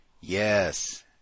Yes